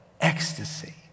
ecstasy